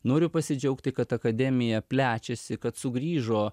noriu pasidžiaugti kad akademija plečiasi kad sugrįžo